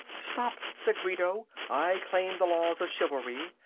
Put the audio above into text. stop, said guido, i claim the laws of chivalry.